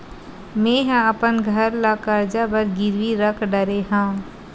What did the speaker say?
मेहा अपन घर ला कर्जा बर गिरवी रख डरे हव